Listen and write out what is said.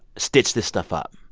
stitch this stuff up?